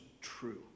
true